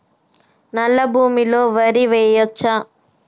నల్లా భూమి లో వరి వేయచ్చా?